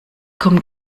kommen